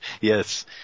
Yes